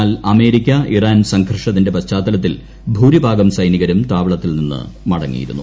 എന്നാൽ America Iran സംഘർഷത്തിന്റെ പശ്ചാത്തലത്തിൽ ഭൂരിഭാഗം സൈനികരും താവളത്തിൽ നിന്നും മടങ്ങിയിരുന്നു